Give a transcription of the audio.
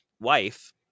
wife